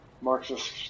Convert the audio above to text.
Marxist